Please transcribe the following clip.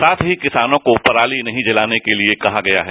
साथ ही किसानों को पराली नहीं जलाने के लिए कहा गया है